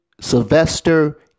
Sylvester